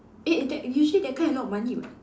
eh that usually that kind a lot of money [what]